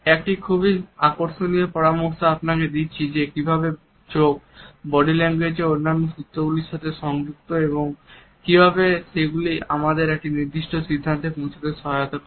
একটি খুবই আকর্ষণীয় পরামর্শ আপনাকে দিচ্ছি যে কিভাবে চোখ বডি ল্যাঙ্গুয়েজ এর অন্যান্য সূত্রগুলির সাথে সংযুক্ত এবং কিভাবে সেগুলি আমাদের একটি নির্দিষ্ট সিদ্ধান্তে পৌঁছাতে সহায়তা করে